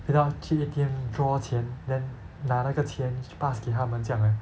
陪她去 A_T_M draw 钱 then 拿那个钱 pass 给他们这样 leh